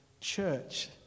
church